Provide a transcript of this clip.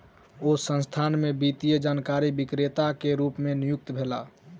ओ संस्थान में वित्तीय जानकारी विक्रेता के रूप नियुक्त भेला